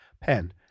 pen